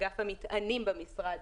אגף המטענים במשרד,